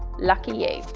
lucky you!